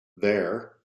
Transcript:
there